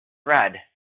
red